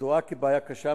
זוהתה כבעיה קשה,